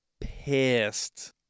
pissed